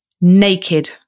naked